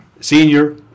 Senior